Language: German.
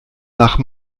nach